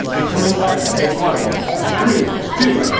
inclement weather take one three, two,